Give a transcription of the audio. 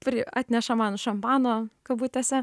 kuri atneša man šampano kabutėse